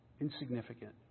Insignificant